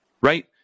right